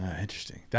Interesting